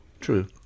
True